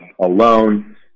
alone